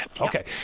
Okay